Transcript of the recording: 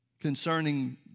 concerning